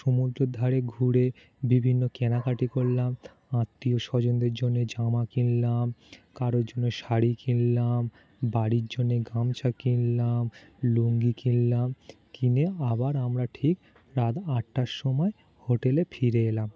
সমুদ্রের ধারে ঘুরে বিভিন্ন কেনাকাটি করলাম আত্মীয় স্বজনদের জন্যে জামা কিনলাম কারো জন্য শাড়ি কিনলাম বাড়ির জন্যে গামছা কিনলাম লুঙ্গি কিনলাম কিনে আবার আমরা ঠিক রাত আটটার সময় হোটেলে ফিরে এলাম